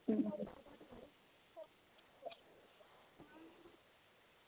अं